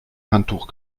handtuch